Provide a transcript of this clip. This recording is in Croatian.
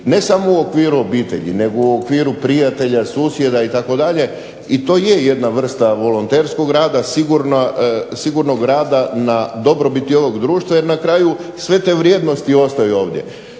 ne samo u okviru obitelji nego u okviru prijatelja, susjeda itd. i to je jedna vrsta volonterskog rada, sigurnog rada na dobrobiti ovog društva jer na kraju sve te vrijednosti ostaju ovdje.